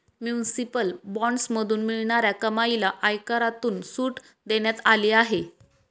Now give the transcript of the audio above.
municipal बॉण्ड्समधून मिळणाऱ्या कमाईला आयकरातून सूट देण्यात आली आहे